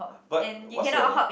but what's the